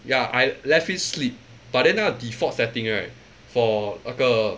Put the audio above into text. ya I left it sleep but then 那个 default setting right for 那个